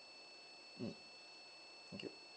mm thank you